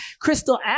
Crystal